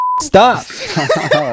Stop